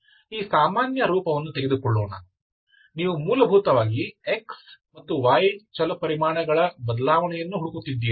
ಈ ಸಾಮಾನ್ಯ ರೂಪವನ್ನು ತೆಗೆದುಕೊಳ್ಳೋಣ ಆದ್ದರಿಂದ ನೀವು ಮೂಲಭೂತವಾಗಿ x y ಚಲಪರಿಮಾಣಗಳ ಬದಲಾವಣೆಯನ್ನು ಹುಡುಕುತ್ತಿದ್ದೀರಿ